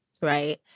right